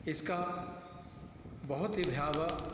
इसका बहुत ही भयावह